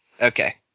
Okay